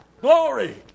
Glory